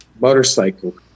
motorcycle